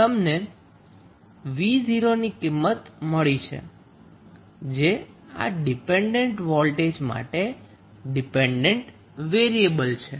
તેથી હવે તમને 𝑣0 ની કિંમત મળી છે જે આ ડિપેન્ડન્ટ વોલ્ટેજ માટે ડિપેન્ડન્ટ વેરીએબલ છે